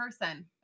person